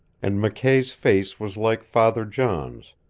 and mckay's face was like father john's,